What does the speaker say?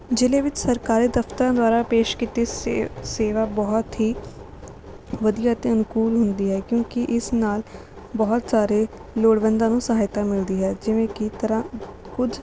ਜ਼ਿਲ੍ਹੇ ਵਿੱਚ ਸਰਕਾਰੀ ਦਫਤਰਾਂ ਦੁਆਰਾ ਪੇਸ਼ ਕੀਤੀ ਸੇਵਾ ਬਹੁਤ ਹੀ ਵਧੀਆ ਅਤੇ ਅਨੁਕੂਲ ਹੁੰਦੀ ਹੈ ਕਿਉਂਕਿ ਇਸ ਨਾਲ ਬਹੁਤ ਸਾਰੇ ਲੋੜਵੰਦਾਂ ਨੂੰ ਸਹਾਇਤਾ ਮਿਲਦੀ ਹੈ ਜਿਵੇਂ ਕਿ ਤਰ੍ਹਾਂ ਕੁਝ